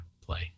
play